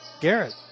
Garrett